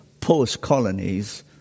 post-colonies